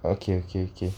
okay okay okay